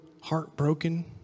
heartbroken